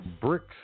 bricks